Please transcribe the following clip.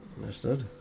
Understood